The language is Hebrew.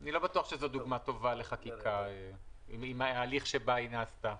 אני לא בטוח שזאת דוגמה טובה לחקיקה ולהליך שבה היא נעשתה.